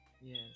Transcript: Yes